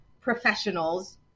professionals